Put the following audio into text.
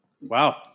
Wow